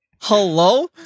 Hello